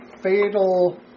fatal